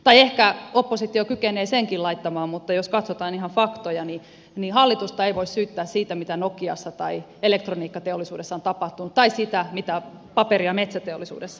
tai ehkä oppositio kykenee senkin laittamaan siksi mutta jos katsotaan ihan faktoja niin hallitusta ei voi syyttää siitä mitä nokiassa tai elektroniikkateollisuudessa on tapahtunut tai siitä mitä paperi ja metsäteollisuudessa on tapahtunut